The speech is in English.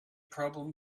problem